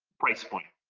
price point.